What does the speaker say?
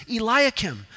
Eliakim